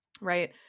right